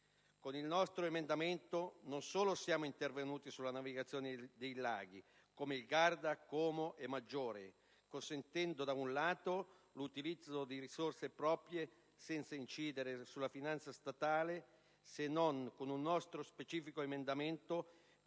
Con il nostro emendamento siamo intervenuti anche sulla navigazione dei laghi, come il Garda, Como e Maggiore, consentendo l'utilizzo di risorse proprie senza incidere sulla finanza statale se non, con un nostro specifico emendamento,